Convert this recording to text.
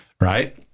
right